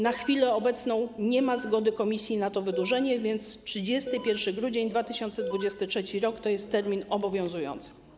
Na chwilę obecną nie ma zgody Komisji na to wydłużenie, więc 31 grudnia 2023 r. to jest termin obowiązujący.